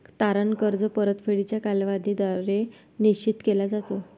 तारण कर्ज परतफेडीचा कालावधी द्वारे निश्चित केला जातो